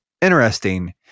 interesting